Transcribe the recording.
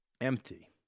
empty